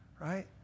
right